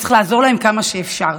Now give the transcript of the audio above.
וצריך לעזור להם כמה שאפשר.